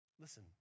Listen